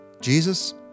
Jesus